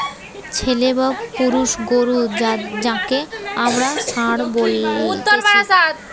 ছেলে বা পুরুষ গরু যাঁকে আমরা ষাঁড় বলতেছি